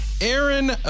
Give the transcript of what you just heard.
Aaron